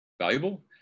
valuable